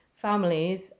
families